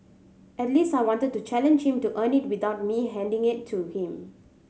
at least I wanted to challenge to earn it without me handing it to him